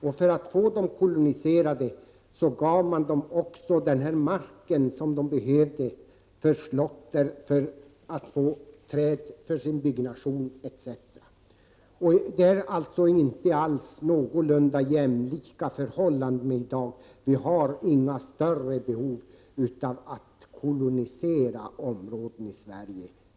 Och därför gav man också kolonisatörerna den mark som de behövde för slåtter, för träd för sin byggnation etc. Förhållandena är inte på något sätt jämbördiga med dagens — vi har inga större behov av att kolonisera områden i Sverige.